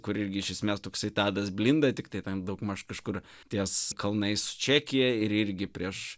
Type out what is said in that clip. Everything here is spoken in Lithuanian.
kur irgi iš esmės toksai tadas blinda tiktai tam daugmaž kažkur ties kalnais čekija ir irgi prieš